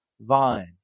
vine